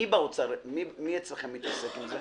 מי במשרד האוצר מתעסק בזה?